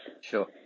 Sure